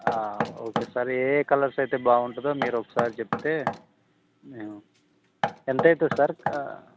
okay sir ఏ colours అయితే బాగుంటుందో మీరు ఒకసారి చెప్తే మేము ఎంతవుతుంది సార్